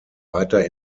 weiter